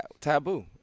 Taboo